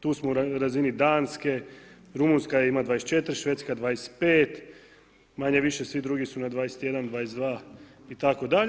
Tu smo u razini Danske, Rumunjska ima 24, Švedska 25, manje-više svi drugi su na 21, 22 itd.